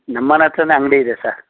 ನಮ್ಮನೆ ಹತ್ರನೆ ಅಂಗಡಿಯಿದೆ ಸರ್